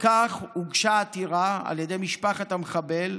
זאת הוגשה עתירה על ידי משפחת המחבל,